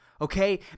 okay